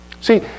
See